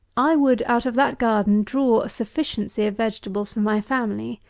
i would out of that garden, draw a sufficiency of vegetables for my family,